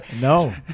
No